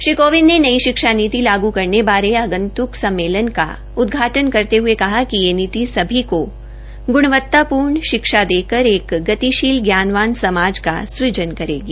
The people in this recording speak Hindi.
श्री कोविंद ने नई शिक्षा नीति लागू करने बारे आगंतुक सम्मेलन का उदघाटन करते हुए कहा कि यह नीति सभी को गुणवत्तापूर्वक शिक्षा देकर एक गतिशील ज्ञानवान समाज का सुजन करेगी